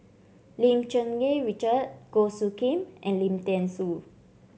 Lim Cherng Yih Richard Goh Soo Khim and Lim Thean Soo